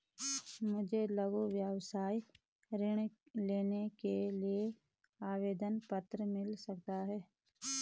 मुझे लघु व्यवसाय ऋण लेने के लिए आवेदन पत्र मिल सकता है?